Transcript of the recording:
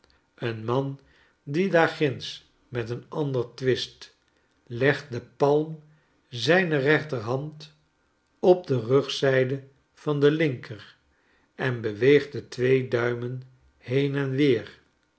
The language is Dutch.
een man die daar ginds met een ander twist legt de palm zijner rechterhand op de rugzyde van de linker en beweegt de twee duimen heen en weer